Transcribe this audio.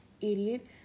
Idiot